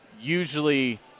usually